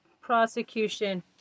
prosecution